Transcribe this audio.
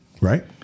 right